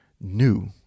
new